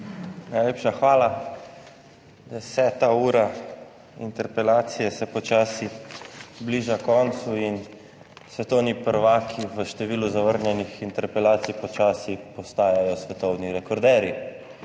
Najlepša hvala. Deseta ura interpelacije se počasi bliža koncu in svetovni prvaki v številu zavrnjenih interpelacij počasi postajajo svetovni rekorderji.